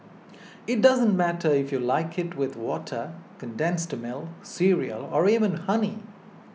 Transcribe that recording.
it doesn't matter if you like it with water condensed milk cereal or even honey